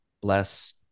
bless